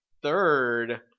Third